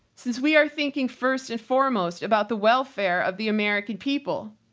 since we are thinking first and foremost about the welfare of the american people,